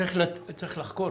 צריך לחקור,